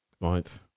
Right